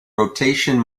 rotation